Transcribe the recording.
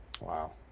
wow